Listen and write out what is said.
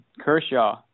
Kershaw